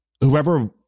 whoever